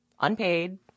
unpaid